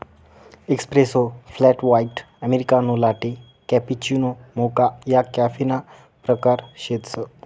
espresso, flat white, americano, latte, cappuccino, mocha या कॉफीना प्रकार शेतसं